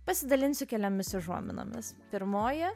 pasidalinsiu keliomis užuominomis pirmoji